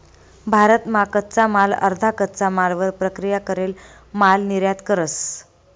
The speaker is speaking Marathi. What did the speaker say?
भारत मा कच्चा माल अर्धा कच्चा मालवर प्रक्रिया करेल माल निर्यात करस